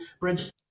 Bridge